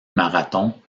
marathon